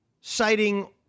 citing